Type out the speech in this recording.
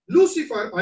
Lucifer